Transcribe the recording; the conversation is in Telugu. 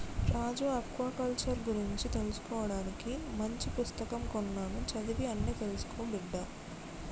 రాజు ఆక్వాకల్చర్ గురించి తెలుసుకోవానికి మంచి పుస్తకం కొన్నాను చదివి అన్ని తెలుసుకో బిడ్డా